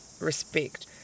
respect